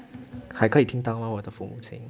还可以听到吗我的风的声音